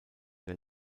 der